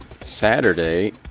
Saturday